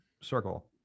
circle